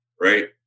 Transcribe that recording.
Right